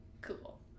Cool